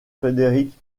frédéric